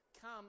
come